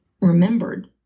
remembered